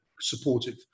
supportive